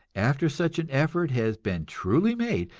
after such an effort has been truly made,